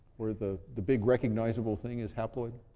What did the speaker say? where the the big recognizable thing is haploid?